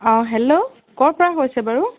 অঁ হেল্ল' ক'ৰপৰা হৈছে বাৰু